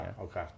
okay